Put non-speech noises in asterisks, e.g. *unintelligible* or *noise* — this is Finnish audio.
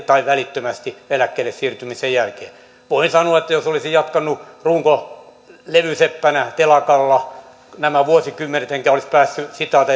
*unintelligible* tai välittömästi eläkkeelle siirtymisen jälkeen voin sanoa että jos olisin jatkanut runkolevyseppänä telakalla nämä vuosikymmenet enkä olisi päässyt